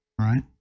right